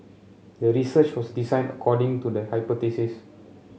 the research was designed according to the hypothesis